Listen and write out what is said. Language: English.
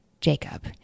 Jacob